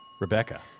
Rebecca